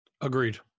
Agreed